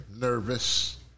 nervous